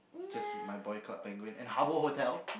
just my boy Club Penguin and Habbo hotel